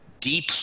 deep